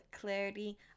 Clarity